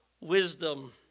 wisdom